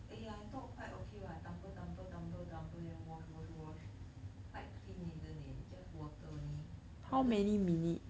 eh I thought quite okay what tumble tumble tumble then wash wash wash quite clean isn't it just water only rather